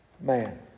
man